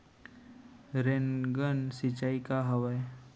Rain gun सिंचाई का हवय?